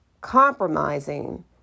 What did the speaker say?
compromising